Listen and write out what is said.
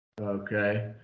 Okay